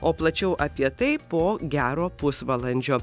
o plačiau apie tai po gero pusvalandžio